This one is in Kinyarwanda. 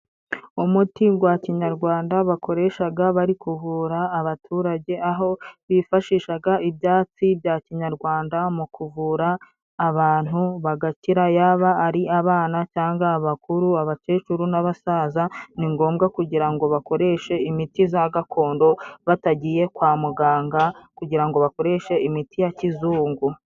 Umuti gwa kinyarwanda, bakoreshaga bari kuvura abaturage, aho bifashishaga ibyatsi bya kinyarwanda mu kuvura abantu bagakira, yaba ari abana cyanga abakuru, abakecuru n’abasaza. Ni ngombwa kugira ngo bakoreshe imiti za gakondo, batagiye kwa muganga kugira ngo bakoreshe imiti ya kizungu.